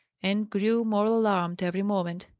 and grew more alarmed every moment.